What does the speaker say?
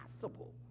possible